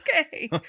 Okay